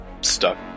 stuck